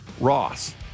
Ross